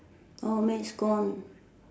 oh maths gone